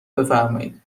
بفرمایید